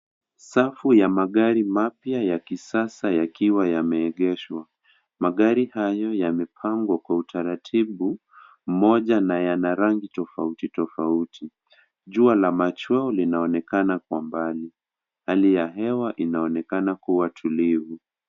Safu ya magari mapya ya kisasa yakiwa yameegeshwa, magari hayo yamepangwa kwa utaratibu moja na yana rangi tofauti tofauti, jua la machweo linaonekana kwa mbali, hali ya hewa inaonekana kuwa tulivu.